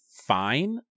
fine